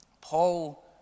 Paul